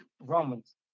Romans